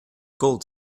gold